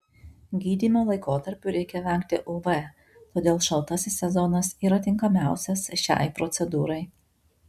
gydymo laikotarpiu reikia vengti uv todėl šaltasis sezonas yra tinkamiausias šiai procedūrai